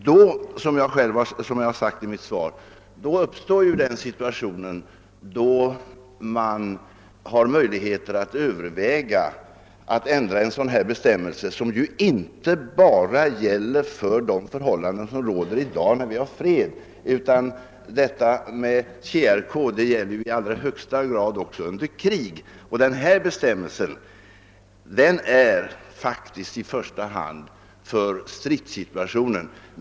När resultatet av dessa utredningar framlagts uppstår, såsom jag framhållit i mitt svar, den situationen att man kan få överväga en ändring av ifrågavarande bestämmelse, som ju inte bara gäller fredsförhållanden utan också under krig, eftersom TjRK i allra högsta grad är avsett också för sådana förhållanden. Bestämmelsen avser faktiskt i första hand stridssituationer.